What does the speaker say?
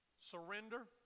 Surrender